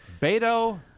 Beto